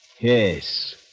Yes